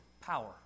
Power